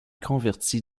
convertis